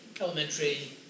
elementary